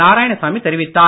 நாராயணசாமி தெரிவித்தார்